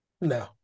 No